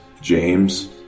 James